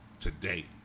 Today